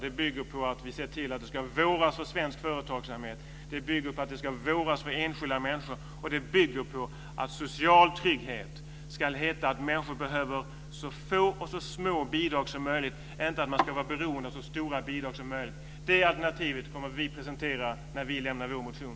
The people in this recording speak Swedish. Det bygger på att vi ser till att det våras för svensk företagsamhet och enskilda människor och på att social trygghet ska heta att människor behöver så få och så små bidrag som möjligt, inte att de ska vara beroende av så stora bidrag som möjligt. Det alternativet kommer vi att presentera när vi lämnar vår motion.